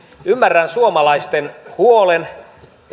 ymmärrän suomalaisten huolen